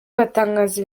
batangaza